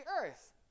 earth